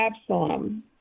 Absalom